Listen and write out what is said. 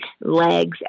legs